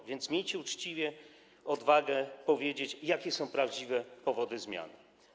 A więc miejcie uczciwie odwagę powiedzieć, jakie są prawdziwe powody zmian.